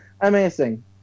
amazing